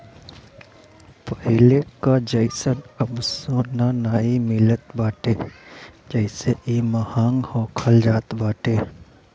पहिले कअ जइसन अब सोना नाइ मिलत बाटे जेसे इ महंग होखल जात बाटे